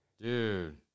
Dude